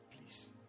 please